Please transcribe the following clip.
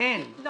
אבל